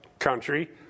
Country